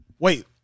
Wait